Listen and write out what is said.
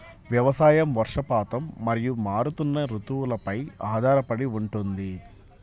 వ్యవసాయం వర్షపాతం మరియు మారుతున్న రుతువులపై ఆధారపడి ఉంటుంది